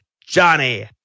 johnny